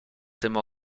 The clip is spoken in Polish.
tym